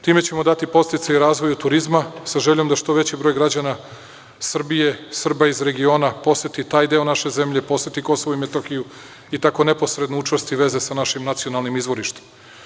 Time ćemo dati podsticaj razvoju turizma, sa željom da što veći broj građana Srbije, Srba iz regiona, poseti taj deo naše zemlje, poseti Kosovo i Metohiju i tako neposredno učvrsti veze sa našim nacionalnim izvorištem.